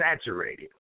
saturated